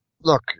Look